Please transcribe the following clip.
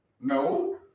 No